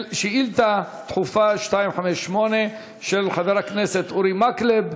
שאילתה דחופה 258 של חבר הכנסת אורי מקלב: